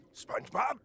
SpongeBob